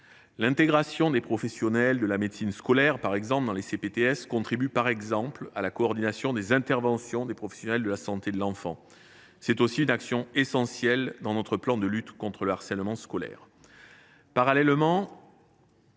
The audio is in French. L’intégration des professionnels de la médecine scolaire dans les CPTS contribue ainsi à la coordination des interventions des professionnels de la santé de l’enfant. Il s’agit aussi d’une action essentielle dans notre plan de lutte contre le harcèlement scolaire.